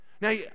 Now